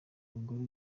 ingoro